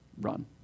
run